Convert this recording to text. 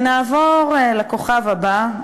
נעבור לכוכב הבא,